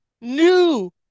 new